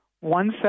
one